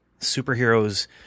superheroes